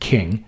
King